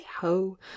ho